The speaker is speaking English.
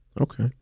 Okay